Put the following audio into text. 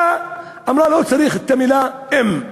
באה, אמרה: לא צריך את המילה אום,